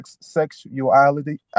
sexuality